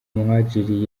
muhadjili